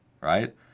right